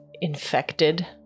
infected